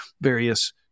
various